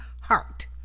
heart